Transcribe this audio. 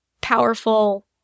powerful